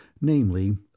namely